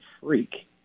freak